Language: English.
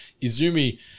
Izumi